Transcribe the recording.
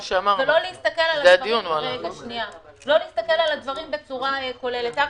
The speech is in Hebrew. ולא להסתכל על הדברים בצורה כוללת.